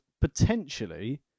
potentially